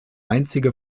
einzige